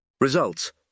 Results